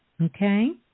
Okay